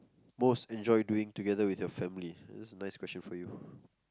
most enjoy doing together with your family this is a nice question for you